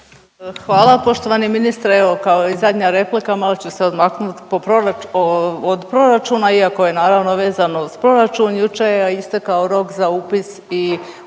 Hvala. Poštovani ministre evo kao i zadnja replika malo ću se odmaknuti po pror… od proračuna iako je naravno vezano uz proračun. Jučer je istekao rok za upis i